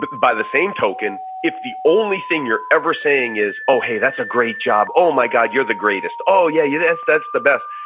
by the same token, if the only thing you're ever saying is, oh, hey, that's a great job. oh my god, you're the greatest. oh yeah, that's that's the best.